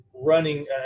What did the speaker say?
running